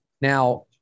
Now